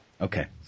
okay